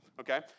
Okay